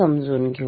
समजून घेऊ